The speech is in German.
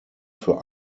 für